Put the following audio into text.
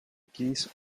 geese